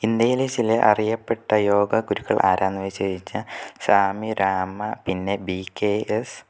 ഇന്ത്യയിലെ ചില അറിയപ്പെട്ട യോഗ ഗുരുക്കൾ ആരാണെന്ന് ചോദിച്ചു കഴിഞ്ഞാൽ സ്വാമി രാമ പിന്നെ ബീ കെ എസ്